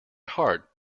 heart